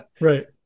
Right